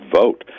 vote